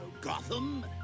Gotham